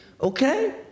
Okay